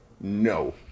No